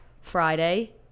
Friday